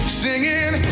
singing